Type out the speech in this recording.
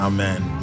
Amen